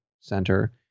center